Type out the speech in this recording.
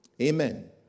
Amen